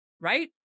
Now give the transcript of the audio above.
right